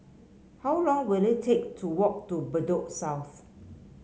how long will it take to walk to Bedok South